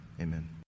Amen